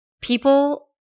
people